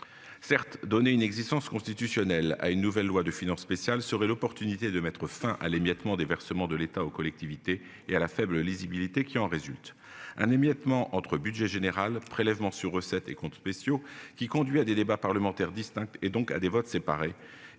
Certes, donner une existence constitutionnelle a une nouvelle loi de finances spécial serait l'opportunité de mettre fin à l'émiettement des versements de l'État aux collectivités et à la faible lisibilité qui en résulte un émiettement entre budget général prélèvement sur recettes et compte spéciaux qui conduit à des débats parlementaires distinctes et donc à des votes séparés